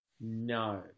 No